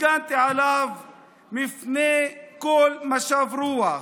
הגנתי עליו מפני כל משב רוח.